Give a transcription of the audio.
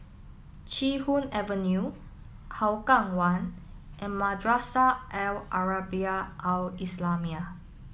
Chee Hoon Avenue Hougang One and Madrasah Al Arabiah Al Islamiah